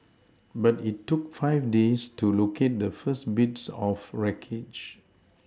but it took five days to locate the first bits of wreckage